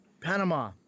Panama